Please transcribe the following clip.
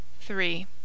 three